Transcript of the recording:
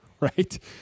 right